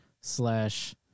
slash